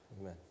Amen